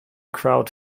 crowd